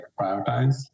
prioritize